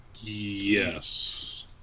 Yes